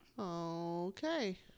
Okay